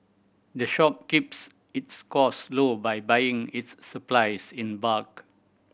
the shop keeps its cost low by buying its supplies in bulk